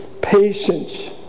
patience